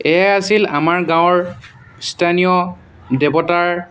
এয়াই আছিল আমাৰ গাঁৱৰ স্থানীয় দেৱতাৰ